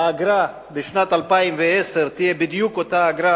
האגרה בשנת 2010 תהיה בדיוק אותה אגרה